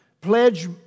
pledge